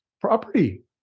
property